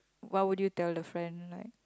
what would you tell the friend like